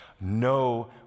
No